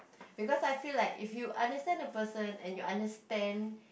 because I feel like if you understand a person and you understand